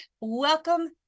welcome